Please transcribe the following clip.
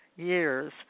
Years